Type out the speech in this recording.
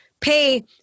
pay